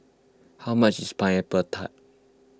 how much is Pineapple Tart